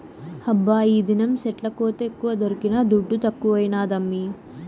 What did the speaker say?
హబ్బా ఈదినం సెట్ల కోతెక్కువ దొరికిన దుడ్డు తక్కువైనాదమ్మీ